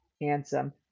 handsome